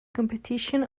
competition